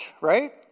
right